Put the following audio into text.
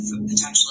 potentially